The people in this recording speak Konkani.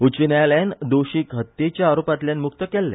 उच्च न्यायालयान दोशींक हत्येच्या आरोपांतल्यान मुक्त केल्ले